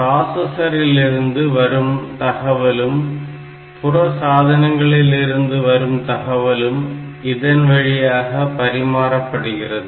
பிராசஸரிலிருந்து வரும் தகவலும் புற சாதனங்களிலிருந்து வரும் தகவலும் இதன் வழியாக பரிமாறப்படுகிறது